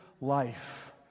life